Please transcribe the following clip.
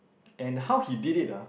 and how he did it ah